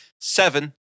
Seven